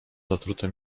zatrute